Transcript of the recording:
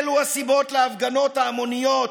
אלו הסיבות להפגנות ההמוניות,